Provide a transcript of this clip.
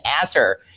answer